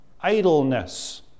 idleness